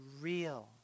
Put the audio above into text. real